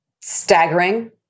staggering